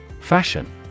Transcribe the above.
Fashion